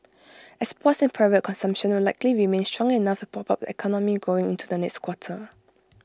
exports and private consumption will likely remain strong enough to prop up the economy going into the next quarter